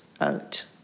out